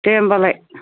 दे होमबालाय